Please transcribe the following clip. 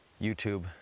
YouTube